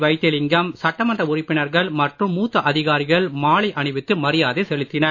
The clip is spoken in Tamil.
வைத்திலிங்கம் சட்டமன்ற உறுப்பினர்கள் மற்றும் மூத்த அதிகாரிகள் மாலை அணிவித்து மரியாதை செலுத்தினர்